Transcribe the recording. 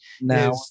Now